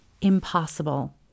impossible